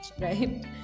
right